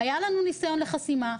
היה לנו ניסיון לחסימה,